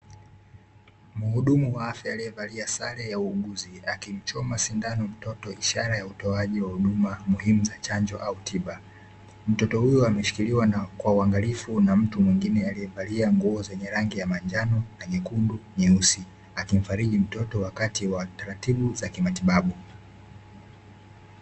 Muhudumu wa afya aliyevalia sare ya uuguzi akimchoma sindano mtoto ishara ya utoaji wa huduma muhimu za chanjo au tiba mtoto huyo ameshikiliwa na kwa uangalifu na mtu mwingine aliyevalia nguo zenye rangi ya manjano na nyekundu nyeusi akimfariji mtoto wakati wa taratibu za kimatibabu.